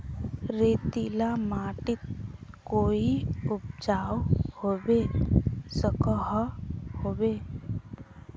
रेतीला माटित कोई उपजाऊ होबे सकोहो होबे?